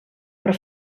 per